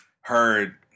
heard